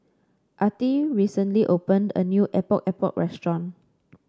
Attie recently opened a new Epok Epok restaurant